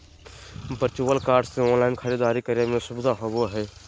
virtual card से online खरीदारी करे में सुबधा होबो हइ